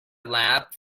lab